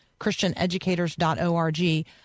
ChristianEducators.org